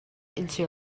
into